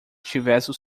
tivesse